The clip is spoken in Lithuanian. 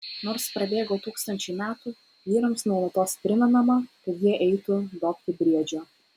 nors prabėgo tūkstančiai metų vyrams nuolatos primenama kad jie eitų dobti briedžio